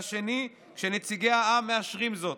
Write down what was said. השני, כשנציגי העם מאשרים זאת.